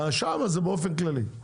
שם זה באופן כללי.